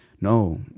no